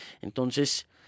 Entonces